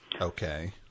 Okay